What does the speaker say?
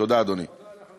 תודה, אדוני.